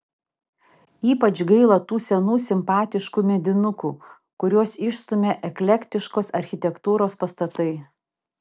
ypač gaila tų senų simpatiškų medinukų kuriuos išstumia eklektiškos architektūros pastatai